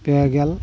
ᱯᱮᱜᱮᱞ